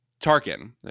Tarkin